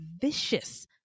vicious